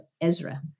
Ezra